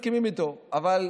מחפשים את שותפם לישיבה,